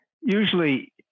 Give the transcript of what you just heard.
Usually